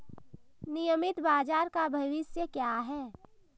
नियमित बाजार का भविष्य क्या है?